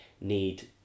need